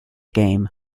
game